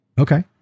Okay